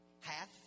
half